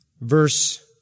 Verse